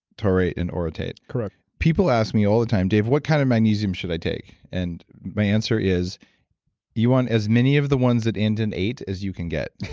taurate and orotate correct people ask me all the time, dave, what kind of magnesium should i take? and my answer is you want as many of the ones that end in ate as you can get.